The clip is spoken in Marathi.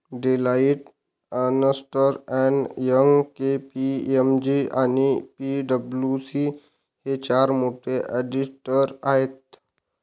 डेलॉईट, अस्न्टर अँड यंग, के.पी.एम.जी आणि पी.डब्ल्यू.सी हे चार मोठे ऑडिटर आहेत